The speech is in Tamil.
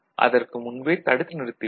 அதற்கு முன்பே தடுத்து நிறுத்தி விடும்